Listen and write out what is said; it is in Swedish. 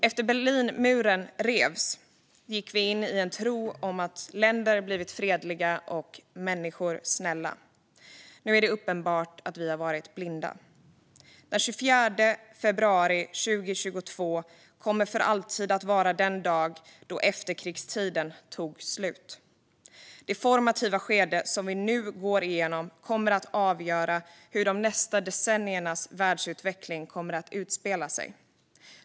Efter att Berlinmuren revs gick vi in i en tro på att länder blivit fredliga och människor snälla. Nu är det uppenbart att vi har varit blinda. Den 24 februari 2022 kommer för alltid att vara den dag då efterkrigstiden tog slut. Det formativa skede som vi nu går igenom kommer att avgöra hur de nästa decenniernas världsutveckling kommer att utspela sig.